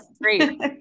great